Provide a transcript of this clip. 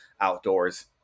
outdoors